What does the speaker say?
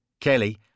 Kelly